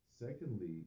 Secondly